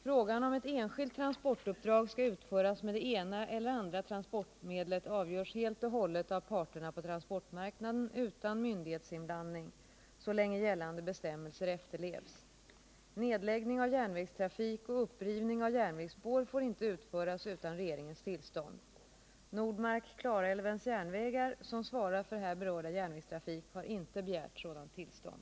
Frågan om ett enskilt transportuppdrag skall utföras med det ena eller andra transportmedlet avgörs helt och hållet av parterna på transportmarknaden utan myndighetsinblandning så länge gällande bestämmelser efterlevs. Nedläggning av järnvägstrafik och upprivning av järnvägsspår får inte utföras utan regeringens tillstånd. Nordmark-Klarälvens Järnvägar, som svarar för här berörda järnvägstrafik, har inte begärt sådant tillstånd.